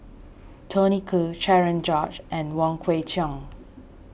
Tony Khoo Cherian George and Wong Kwei Cheong